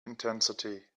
intensity